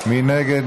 מי נגד?